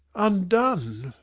undone!